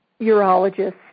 urologists